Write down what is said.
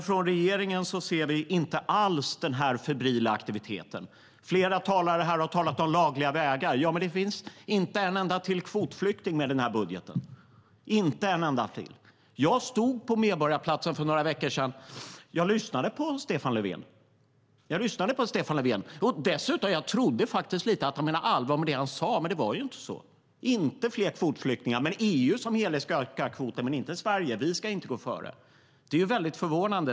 Från regeringen ser vi dock inte alls denna febrila aktivitet. Flera talare här har talat om lagliga vägar. Men det finns inte en enda till kvotflykting med i denna budget - inte en enda! Jag stod på Medborgarplatsen för några veckor sedan, och jag lyssnade på Stefan Löfven. Dessutom trodde jag faktiskt lite grann att han menade allvar med det han sa, men det var inte så. Det blir inte fler kvotflyktingar. EU som helhet ska öka kvoten, men inte Sverige. Vi ska tydligen inte gå före. Det är förvånande.